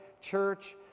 church